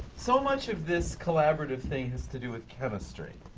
so much of this collaborative thing has to do with chemistry,